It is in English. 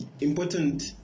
important